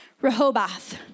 Rehoboth